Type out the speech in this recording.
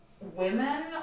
women